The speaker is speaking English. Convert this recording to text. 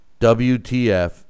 WTF